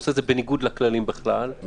שעושה את זה בניגוד לכללים בכלל,